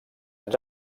ens